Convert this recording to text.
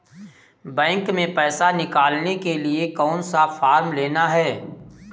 Bank में पैसा निकालने के लिए कौन सा फॉर्म लेना है?